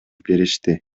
беришти